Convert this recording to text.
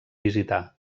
visitar